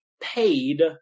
paid